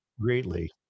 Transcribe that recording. greatly